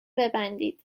ببندید